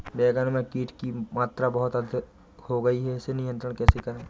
बैगन में कीट की मात्रा बहुत अधिक हो गई है इसे नियंत्रण कैसे करें?